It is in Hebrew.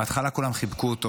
בהתחלה כולם חיבקו אותו,